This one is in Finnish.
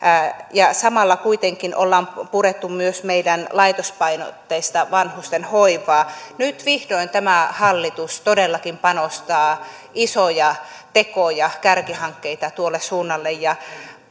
ja samalla kuitenkin ollaan purettu myös meidän laitospainotteista vanhustenhoivaa nyt vihdoin tämä hallitus todellakin panostaa isoja tekoja kärkihankkeita tuolle suunnalle